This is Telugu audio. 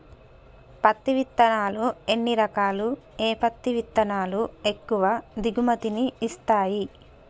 పత్తి విత్తనాలు ఎన్ని రకాలు, ఏ పత్తి విత్తనాలు ఎక్కువ దిగుమతి ని ఇస్తాయి?